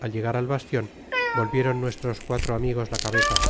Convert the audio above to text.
al llegar al bastion volvieron nuestros cuatro amigos la cabeza